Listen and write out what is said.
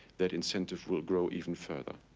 that incentive will grow even further.